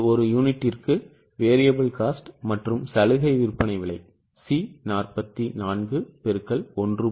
இது ஒரு யூனிட்டுக்கு variable cost மற்றும் சலுகை விற்பனை விலை C44 X 1